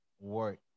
work